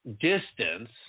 distance